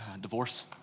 divorce